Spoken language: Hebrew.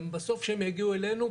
בסוף כשהם יגיעו אלינו,